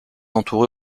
entouré